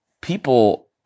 people